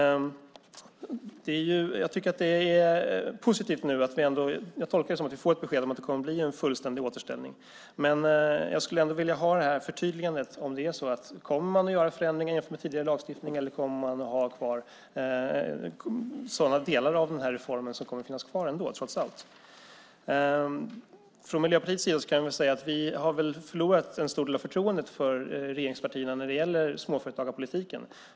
Jag tolkar svaret så att vi får ett besked om att det blir en fullständig återställning, vilket är positivt. Jag skulle ändå vilja ha ett förtydligande om man kommer att göra förändringar jämfört med tidigare lagstiftning eller om delar av reformen trots allt kommer att finnas kvar. För Miljöpartiets del kan jag säga att vi förlorat en stor del av förtroendet för regeringspartierna när det gäller småföretagspolitiken.